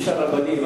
תשאל את הרבנים,